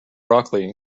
broccoli